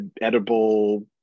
edible